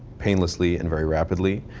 painlessly and very rapidly.